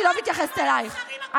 אני לא מתייחסת אלייך.